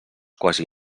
quasi